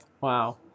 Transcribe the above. Wow